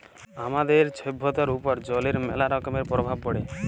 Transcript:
আমাদের ছভ্যতার উপর জলের ম্যালা রকমের পরভাব পড়ে